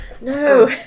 No